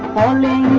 only